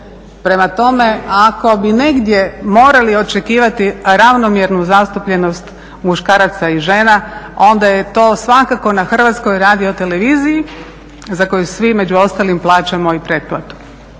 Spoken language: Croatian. prema tome ako bi negdje morali očekivati ravnomjernu zastupljenost muškaraca i žena, onda je to svakako na HRT-u, za koju svi među ostalim plaćamo i pretplatu,